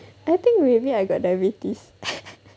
I think really I got diabetes